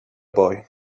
boy